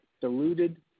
diluted